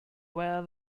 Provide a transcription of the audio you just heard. wear